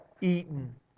eaten